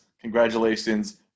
congratulations